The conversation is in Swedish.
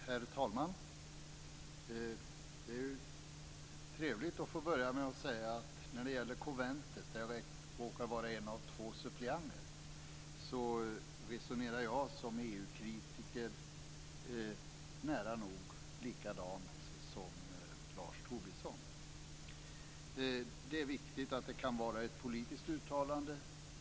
Herr talman! Det är trevligt att få börja med att säga att jag när det gäller konventet, där jag råkar vara en av två suppleanter, som EU-kritiker resonerar nära nog likadant som Lars Tobisson. Det är viktigt att det kan vara ett politiskt uttalande.